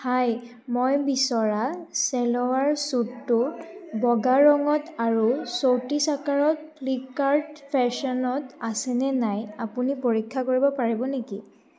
হাই মই বিচৰা ছেলৱাৰ ছুটটো বগা ৰঙত আৰু চৌত্ৰিছ আকাৰত ফ্লিপকাৰ্ট ফেশ্বনত আছেনে নাই আপুনি পৰীক্ষা কৰিব পাৰিব নেকি